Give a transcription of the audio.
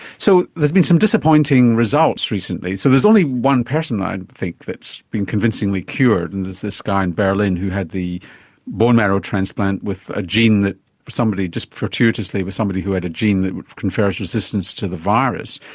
so there's been some disappointing results recently. so there's only one person i think that has been convincingly cured, and it's this guy in berlin who had the bone marrow transplant with a gene that somebody, just fortuitously with somebody who had a gene that confers resistance to the virus.